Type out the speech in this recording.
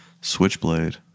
switchblade